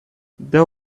there